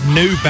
new